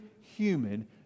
human